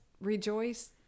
rejoice